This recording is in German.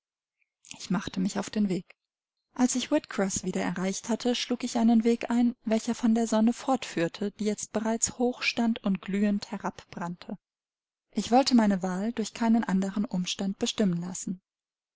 ich machte mich auf den weg als ich whitcroß wieder erreicht hatte schlug ich einen weg ein welcher von der sonne fortführte die jetzt bereits hoch stand und glühend herabbrannte ich wollte meine wahl durch keinen anderen umstand bestimmen lassen